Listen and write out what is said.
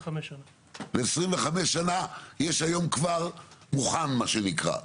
ל-25 שנים יש היום כבר מוכן, מה שנקרא.